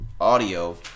audio